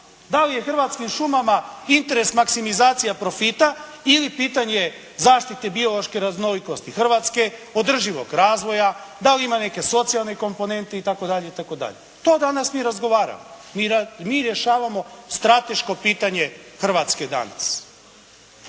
Da li je Hrvatskim šumama interes maksimizacija profita ili pitanje zaštite biološke raznolikosti Hrvatske, održivog razvoja, da li ima nekih socijalnih komponenti itd., itd. To danas mi razgovaramo. Mi rješavamo strateško pitanje Hrvatske danas.